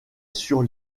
sur